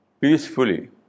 peacefully